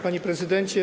Panie Prezydencie!